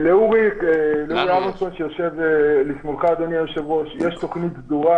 לאורי יש תוכנית סדורה.